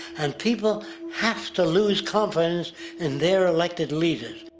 and people have to lose confidence in their elected leaders.